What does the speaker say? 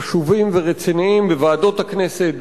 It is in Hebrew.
חשובים ורציניים בוועדות הכנסת,